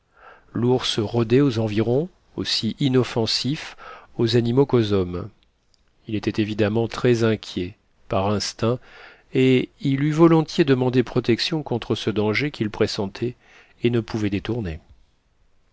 l'ours rôdait aux environs aussi inoffensif aux animaux qu'aux hommes il était évidemment très inquiet par instinct et il eût volontiers demandé protection contre ce danger qu'il pressentait et ne pouvait détourner